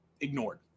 Ignored